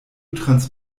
trans